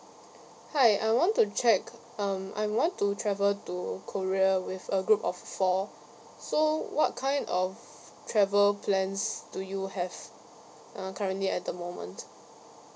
hi I want to check um I want to travel to korea with a group of four so what kind of travel plans do you have uh currently at the moment